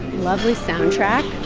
lovely soundtrack